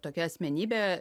tokia asmenybė